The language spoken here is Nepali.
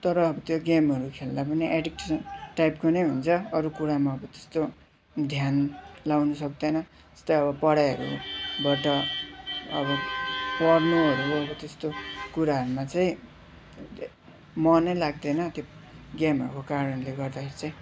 तर त्यो गेमहरू खेल्दा पनि एडिक्सन टाइपको नै हुन्छ अरू कुरामा अब त्यस्तो ध्यान लगाउनु सक्दैन जस्तै अब पढाइहरूबाट अब पढ्नुहरू अब त्यस्तो कुराहरूमा चाहिँ मन नै लाग्दैन त्यो गेमहरूको कारणले गर्दखेरि चाहिँ